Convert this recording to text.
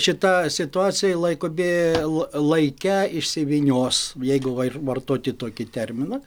šita situacija laikui bė lai laike išsivynios jeigu vair vartoti tokį terminą